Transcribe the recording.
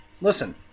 listen